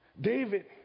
David